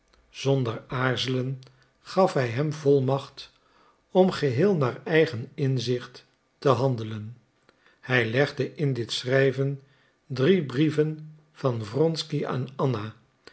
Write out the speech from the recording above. zonder aarzelen gaf hij hem volmacht om geheel naar zijn eigen inzicht te handelen hij legde in dit schrijven drie brieven van wronsky aan anna